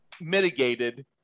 mitigated